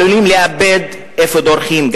עלולים לאבד את איפה שדורכים,